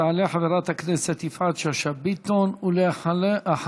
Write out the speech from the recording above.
תעלה חברת הכנסת יפעת שאשא ביטון, ואחריה,